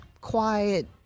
quiet